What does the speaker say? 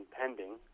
pending